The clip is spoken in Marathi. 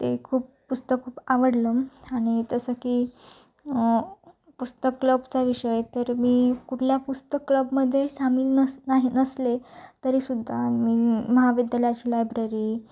ते खूप पुस्तक खूप आवडलं आणि तसं की पुस्तक क्लबचा विषय तर मी कुठला पुस्तक क्लबमध्ये सामील नस नाही नसले तरी सुद्धा मी महाविद्यालयाची लायब्ररी